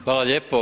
Hvala lijepo.